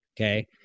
okay